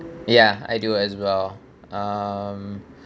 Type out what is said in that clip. ya I do as well um